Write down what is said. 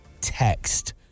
text